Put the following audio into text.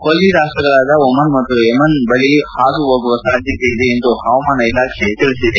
ಕೊಲ್ಲಿ ರಾಷ್ಲಗಳಾದ ಒಮನ್ ಮತ್ತು ಯಮೆನ್ ಬಳಿ ಹಾದುಹೋಗುವ ಸಾಧ್ಯತೆಯಿದೆ ಎಂದು ಹವಾಮಾನ ಇಲಾಖೆ ತಿಳಿಸಿದೆ